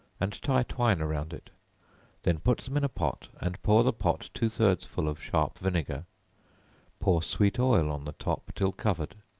and tie twine around it then put them in a pot, and pour the pot two-thirds full of sharp vinegar pour sweet oil on the top till covered.